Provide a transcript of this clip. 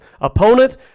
opponent